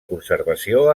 conservació